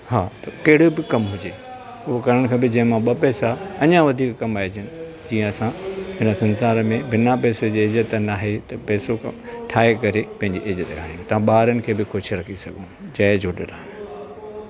हा त कहिड़ो बि कमु हुजे उहो करणु खपे जंहिंमां ॿ पेसा अञा वधीक कमाइजनि जीअं असां हिन संसार में बिना पैसे जे इज़त नाहे त पेसो ठाहे करे पंहिंजी इज़त रहायूं त ॿारनि खे बि ख़ुशि रखी सघूं जय झूलेलाल